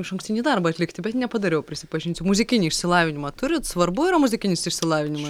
išankstinį darbą atlikti bet nepadariau prisipažinsiu muzikinį išsilavinimą turit svarbu yra muzikinis išsilavinimas